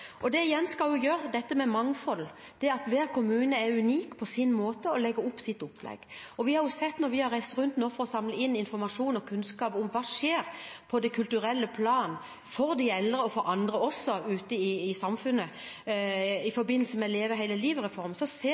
og ikke Kulturdepartementet, slik det var før. Det igjen skal gi mangfold – det at hver kommune er unik på sin måte og legger opp sitt opplegg. Når vi nå har reist rundt for å samle inn informasjon og kunnskap om hva som skjer på det kulturelle planet for de eldre og andre ute i samfunnet, i forbindelse med Leve hele livet-reformen, ser